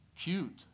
cute